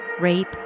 rape